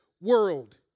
world